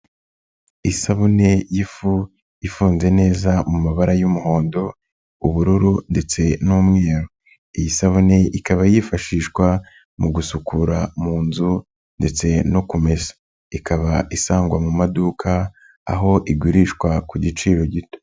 Isabune y'ifu ifunze neza mu mabara y'umuhondo, ubururu ndetse n'umweru, iyi sabune ikaba yifashishwa mu gusukura mu nzu ndetse no kumesa, ikaba isangwa mu maduka aho igurishwa ku giciro gito.